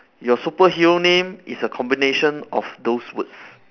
your superhero name is a combination of those words